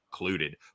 included